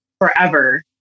forever